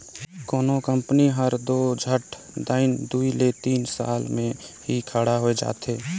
कोनो कंपनी हर दो झट दाएन दुई ले तीन साल में ही खड़ा होए जाथे